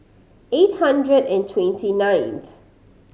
eight hundred and twenty ninth